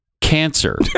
cancer